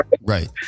right